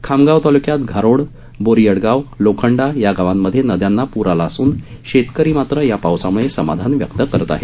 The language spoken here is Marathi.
खामगाव तालुक्यात घारोड बोरीअडगाव लोखंडा या गावांमध्ये नद्यांना पूर आला असून शेतकरी मात्र या पावसामुळे समाधान व्यक्त करत आहेत